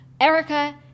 Erica